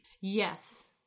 Yes